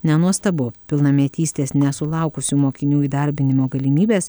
nenuostabu pilnametystės nesulaukusių mokinių įdarbinimo galimybes